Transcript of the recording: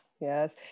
Yes